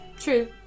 True